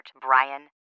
Brian